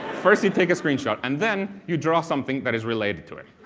first you take a screenshot and then you draw something that is related to it.